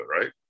right